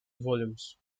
volumes